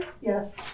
Yes